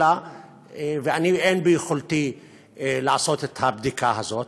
ואין ביכולתי לעשות את הבדיקה הזאת.